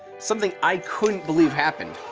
something i couldn't believe happened.